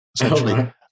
essentially